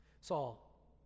Saul